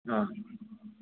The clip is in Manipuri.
ꯑꯥ